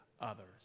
others